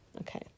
Okay